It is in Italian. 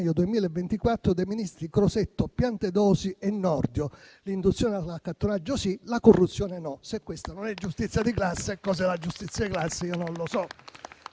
2024 dai ministri Crosetto, Piantedosi e Nordio. L'induzione all'accattonaggio sì, la corruzione no: se questa non è giustizia di classe, cos'è la giustizia di classe? Non lo so.